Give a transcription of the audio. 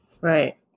Right